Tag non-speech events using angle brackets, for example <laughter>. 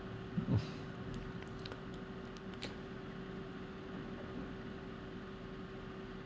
<noise>